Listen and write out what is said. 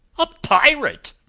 a pirate!